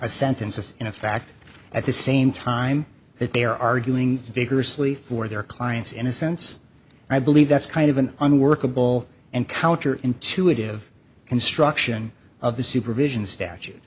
a sentence as in a fact at the same time that they're arguing vigorously for their client's innocence i believe that's kind of an unworkable and counter intuitive construction of the supervision